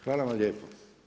Hvala vam lijepo.